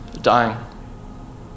dying